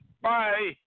Bye